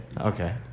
okay